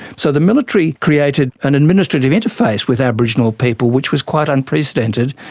so the military created an administrative interface with aboriginal people which was quite unprecedented,